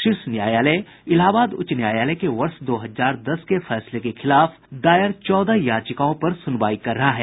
शीर्ष न्यायालय इलाहाबाद उच्च न्यायालय के वर्ष दो हजार दस के फैसले के खिलाफ दायर चौदह याचिकाओं पर सुनवाई कर रहा है